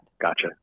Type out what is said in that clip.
Gotcha